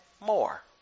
more